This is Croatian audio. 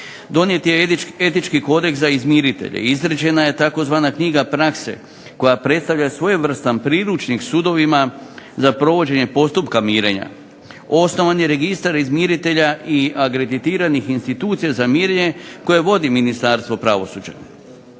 donijet je etički kodeks za izmiritelje, izrađena je tzv. knjiga prakse koja predstavlja svojevrstan priručnik sudovima za provođenje postupka mirenja, osnovan je Registar izmiritelja i akreditiranih institucija za mirenje koje vodi Ministarstvo pravosuđa.